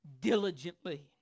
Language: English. Diligently